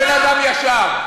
בן-אדם ישר.